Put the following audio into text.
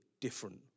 different